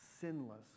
sinless